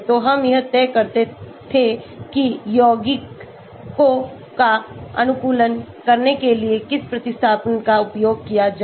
तोहम यह तय करते थे कि यौगिकों का अनुकूलन करने के लिए किस प्रतिस्थापन का उपयोग किया जाए